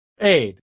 aid